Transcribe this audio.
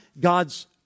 God's